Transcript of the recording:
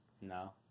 No